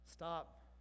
Stop